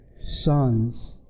sons